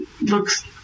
looks